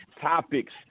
topics